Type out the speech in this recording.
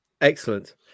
Excellent